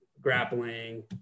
grappling